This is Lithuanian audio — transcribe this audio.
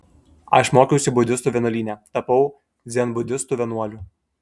aš mokiausi budistų vienuolyne tapau dzenbudistų vienuoliu